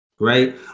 right